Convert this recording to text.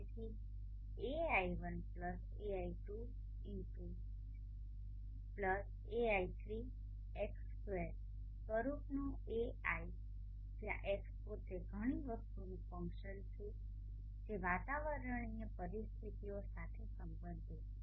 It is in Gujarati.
તેથી ai1ai2xai3x2 સ્વરૂપનો Ai જ્યાં x પોતે ઘણી વસ્તુઓનું ફંક્શન છે જે વાતાવરણીય પરિસ્થિતિઓ સાથે સંબંધિત છે